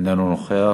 איננו נוכח.